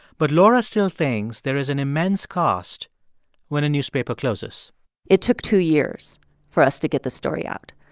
but laura still thinks there is an immense cost when a newspaper closes it took two years for us to get the story out.